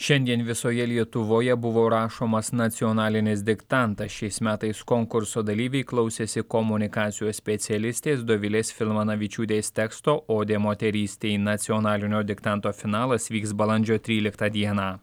šiandien visoje lietuvoje buvo rašomas nacionalinis diktantas šiais metais konkurso dalyviai klausėsi komunikacijos specialistės dovilės filmanavičiūtės teksto odė moterystei nacionalinio diktanto finalas vyks balandžio tryliktą dieną